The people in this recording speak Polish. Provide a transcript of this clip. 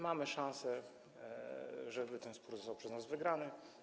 Mamy szansę, żeby ten spór został przez nas wygrany.